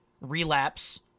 Relapse